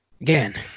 Again